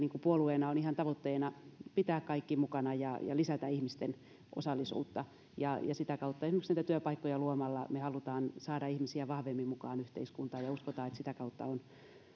puolueena on ihan tavoitteena pitää kaikki mukana ja lisätä ihmisten osallisuutta ja sitä kautta esimerkiksi niitä työpaikkoja luomalla me haluamme saada ihmisiä vahvemmin mukaan yhteiskuntaan ja uskomme että sitä kautta on